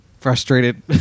frustrated